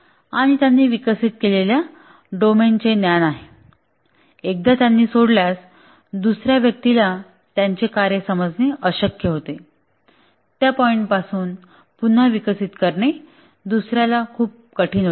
आणि त्यांना विकसित केलेल्या डोमेनचे ज्ञान आहे एकदा त्यांनी सोडल्यास दुसर्या व्यक्तीला त्याचे कार्य समजणे अशक्य होते त्या पॉईंट पासून विकसित करणे दुसऱ्याला खूप कठीण होते